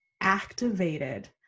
activated